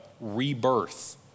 rebirth